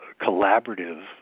collaborative